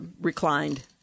reclined